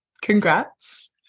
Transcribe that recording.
Congrats